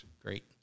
Great